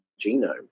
genome